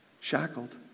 shackled